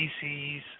species